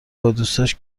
بادوستاش